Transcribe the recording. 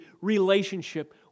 relationship